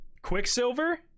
Quicksilver